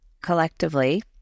collectively